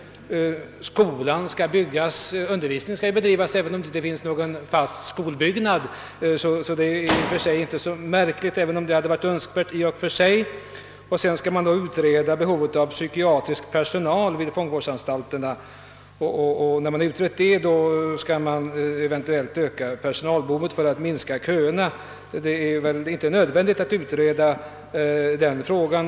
Vidare skall en kriminalvårdsskola byggas, vilket naturligtvis är önskvärt i och för sig men inte särskilt märkvärdigt; undervisningen måste ju bedrivas även om det inte finns någon fast skolbyggnad. Dessutom vill man att behovet av psykiatrisk personal vid fångvårdsanstalterna skall utredas, och när så har skett skall eventuellt personalresurserna ökas för att köerna skall kunna minskas. Det är väl inte nödvändigt att utreda den frågan.